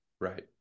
Right